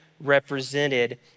represented